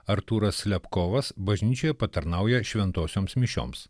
artūras slepkovas bažnyčioje patarnauja šventosioms mišioms